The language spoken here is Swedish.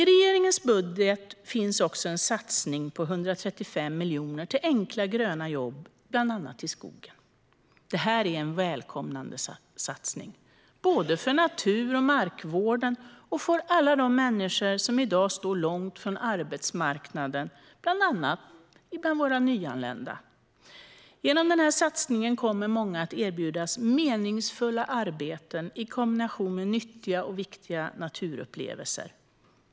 I regeringens budget finns också en satsning på 135 miljoner till enkla gröna jobb i bland annat skogen. Det här är en välkommen satsning både för natur och markvården och för alla de människor som i dag står långt från arbetsmarknaden, bland annat våra nyanlända. Genom den här satsningen kommer många att erbjudas meningsfulla arbeten i kombination med nyttiga och viktiga naturupplevelser.